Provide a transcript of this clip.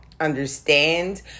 understand